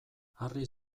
harri